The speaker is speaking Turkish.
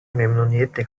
memnuniyetle